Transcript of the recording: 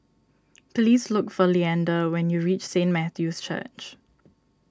please look for Leander when you reach Saint Matthew's Church